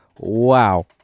Wow